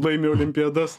laimi olimpiadas